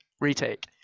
Retake